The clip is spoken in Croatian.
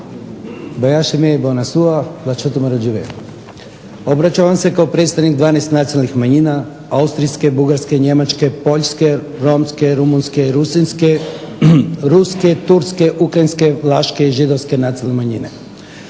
Obraćam vam se kao predstavnik 12 nacionalnih manjina austrijske, bugarske, njemačke, poljske, romske, rumunjske, gruzijske, ruske, turske, ukrajinske, vlaške i židovske nacionalne manjine.